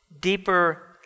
deeper